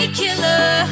killer